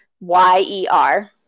y-e-r